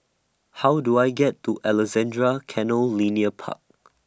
How Do I get to Alexandra Canal Linear Park